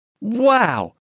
Wow